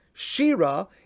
Shira